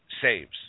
saves